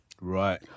Right